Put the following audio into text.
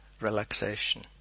relaxation